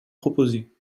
proposées